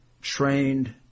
trained